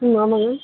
ம் ஆமாம்ங்க